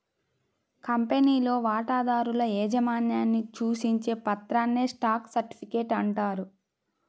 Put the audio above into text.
కంపెనీలో వాటాదారుల యాజమాన్యాన్ని సూచించే పత్రాన్నే స్టాక్ సర్టిఫికేట్ అంటారు